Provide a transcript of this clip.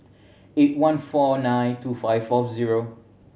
eight one four nine two five four zero